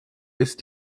ist